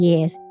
Yes